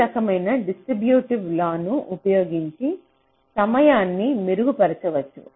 ఈ రకమైన డిస్ట్రిబ్యూట్ లా ను ఉపయోగించి సమయాన్ని మెరుగుపరచవచ్చు